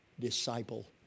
disciple